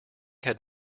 had